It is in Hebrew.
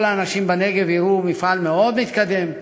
כל האנשים בנגב יראו מפעל מאוד מתקדם,